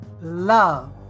love